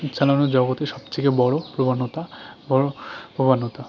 চালানোর জগতে সবথেকে বড় প্রবণতা বড় প্রবণতা